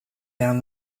down